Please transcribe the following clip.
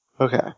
Okay